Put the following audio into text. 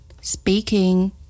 Speaking